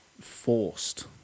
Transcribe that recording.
forced